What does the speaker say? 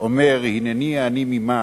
אומר: הנני העני ממעש,